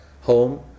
home